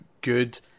good